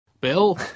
Bill